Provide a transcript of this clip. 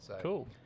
Cool